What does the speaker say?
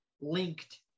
linked